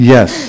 Yes